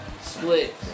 Split